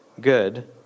good